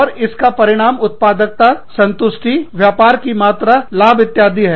और इसका परिणाम उत्पादकता संतुष्टि व्यापार की मात्रा लाभ इत्यादि है